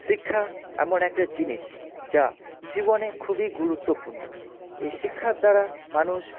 শিক্ষা এমন একটা জিনিস যা জীবনে খুবই গুরুত্বপূর্ণ এই শিক্ষার দ্বারা মানুষ